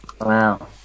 Wow